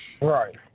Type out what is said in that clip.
Right